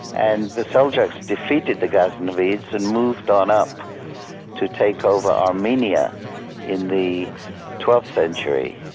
and the seljuk defeated the gaznavids and moved on up to take over armenia in the twelfth century.